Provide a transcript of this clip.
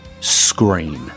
Screen